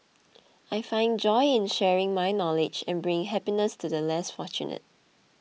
I found joy in sharing my knowledge and bringing happiness to the less fortunate